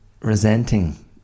resenting